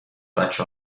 بچه